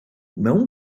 mewn